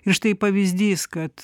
ir štai pavyzdys kad